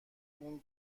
اون